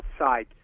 outside